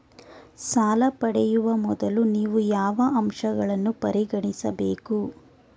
ಸಾಲ ಪಡೆಯುವ ಮೊದಲು ನೀವು ಯಾವ ಅಂಶಗಳನ್ನು ಪರಿಗಣಿಸಬೇಕು?